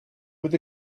with